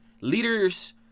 Leaders